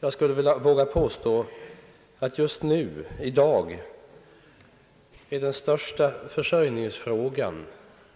Jag skulle våga påstå att just i dag utgörs den största försörjningsfrågan